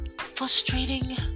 frustrating